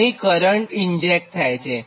અને અહીં current inject થાય છે